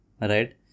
right